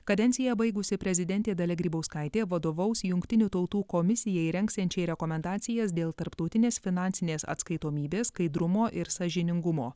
kadenciją baigusi prezidentė dalia grybauskaitė vadovaus jungtinių tautų komisijai rengsiančiai rekomendacijas dėl tarptautinės finansinės atskaitomybės skaidrumo ir sąžiningumo